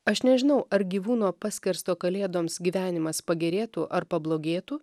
aš nežinau ar gyvūno paskersto kalėdoms gyvenimas pagerėtų ar pablogėtų